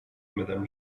madame